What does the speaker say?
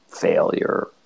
failure